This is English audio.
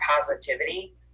positivity